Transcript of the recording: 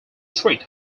treat